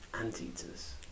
Anteaters